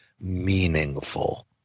meaningful